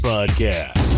Podcast